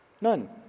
None